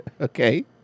Okay